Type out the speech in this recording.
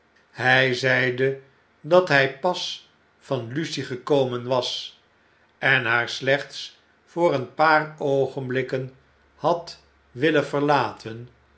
hy zeide dat hij pas van lucie gekomen was en haar slechts voor een paar oogenblikken had willen verlaten